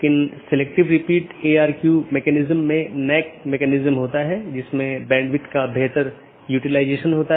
BGP को एक एकल AS के भीतर सभी वक्ताओं की आवश्यकता होती है जिन्होंने IGBP कनेक्शनों को पूरी तरह से ठीक कर लिया है